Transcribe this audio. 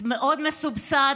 מאוד מסובסד,